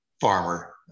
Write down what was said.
farmer